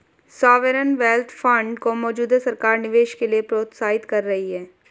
sovereign wealth funds को मौजूदा सरकार निवेश के लिए प्रोत्साहित कर रही है